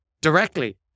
directly